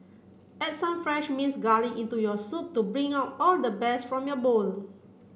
add some fresh minced garlic into your soup to bring out all the best from your bowl